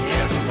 Yes